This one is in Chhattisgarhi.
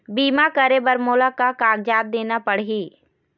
बीमा करे बर मोला का कागजात देना पड़ही?